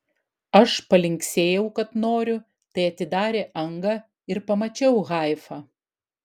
aš palinksėjau kad noriu tai atidarė angą ir pamačiau haifą